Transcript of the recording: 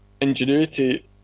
ingenuity